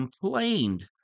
complained